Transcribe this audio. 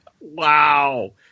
Wow